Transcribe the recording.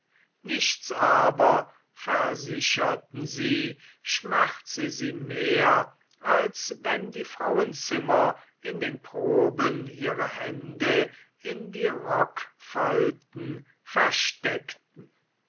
nichts aber versicherten sie schmerze sie mehr als wenn die frauenzimmer in den proben ihre hände in die rockfalten versteckten